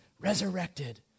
resurrected